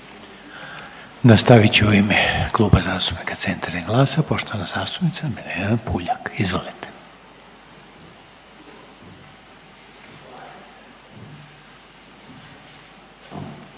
Nastavit će u ime Kluba zastupnika Centra i GLASA poštovana zastupnica Marijana Puljak. Izvolite.